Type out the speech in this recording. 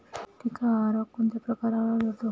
टिक्का हा रोग कोणत्या पिकावर आढळतो?